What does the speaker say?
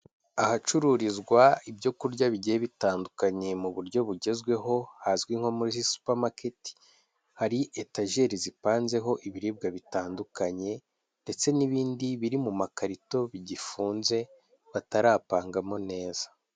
Ahacururizwa ibyo kurya bigiye bitandukanye mu buryo bugezweho, hazwi nko muri supamaketi, hari etajeri zipanzeho ibiribwa bitandukanye ndetse n'ibindi biri mu makarito bigifunze batarapangamo neza.